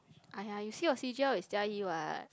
!aiya! you see your c_g_l is Jia-Yi [what]